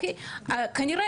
כנראה,